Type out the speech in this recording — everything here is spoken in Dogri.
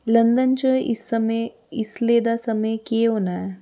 लंदन च इसले दा समें केह् होना ऐ